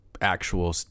actual